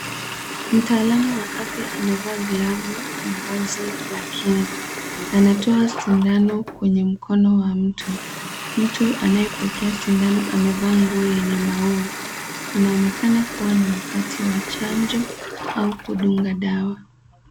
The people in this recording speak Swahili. Mtaalamu wa afya amevaa glavu na vazi la kinga. Anatoa sindano kwenye mkono wa mtu. Mtu anayepokea sindano amevaa nguo yenye maua. Inaonekana kuwa ni wakati wa chanjo au kudunga dawa.